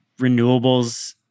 renewables